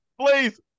Please